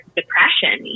depression